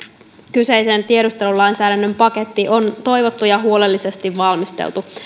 kyseisen tiedustelulainsäädännön paketti on toivottu ja huolellisesti valmisteltu